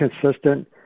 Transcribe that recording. consistent